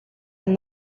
and